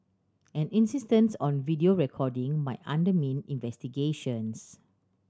an insistence on video recording might undermine investigations